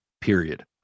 period